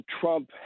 Trump